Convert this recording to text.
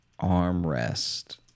armrest